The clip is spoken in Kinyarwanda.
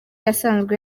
asanzwe